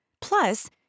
Plus